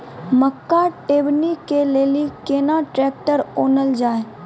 मक्का टेबनी के लेली केना ट्रैक्टर ओनल जाय?